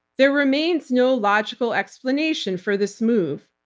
there remains no logical explanation for this move.